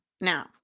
Now